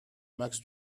max